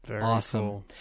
Awesome